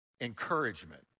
encouragement